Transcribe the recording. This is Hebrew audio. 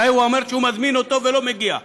הרי הוא אומר שהוא מזמין אותו והוא לא מגיע.